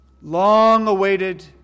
long-awaited